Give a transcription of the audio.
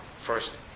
First